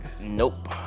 Nope